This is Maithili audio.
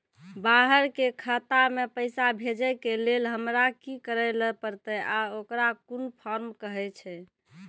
बाहर के खाता मे पैसा भेजै के लेल हमरा की करै ला परतै आ ओकरा कुन फॉर्म कहैय छै?